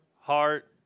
heart